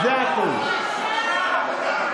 זו לא תקווה חדשה, זה ייאוש ישן.